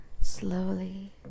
slowly